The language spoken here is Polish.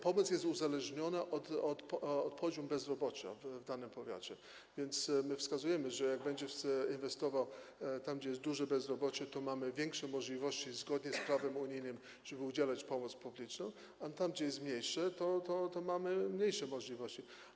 Pomoc jest uzależniona od poziomu bezrobocia w danym powiecie, więc wskazujemy, że jak będzie inwestował tam, gdzie jest duże bezrobocie, to mamy większe możliwości, żeby zgodnie z prawem unijnym udzielać pomocy publicznej, a tam, gdzie jest mniejsze, to mamy mniejsze możliwości.